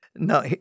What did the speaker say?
No